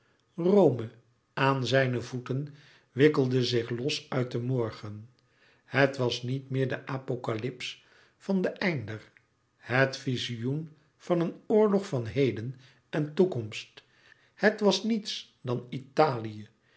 rome aan zijne voeten wikkelde zich los uit den morgen het was niet meer louis couperus metamorfoze de apocalyps aan den einder het vizioen van een oorlog van heden en toekomst het was niets dan italië